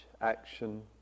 action